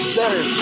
better